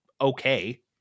okay